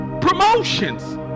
promotions